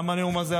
גם הנאום הזה,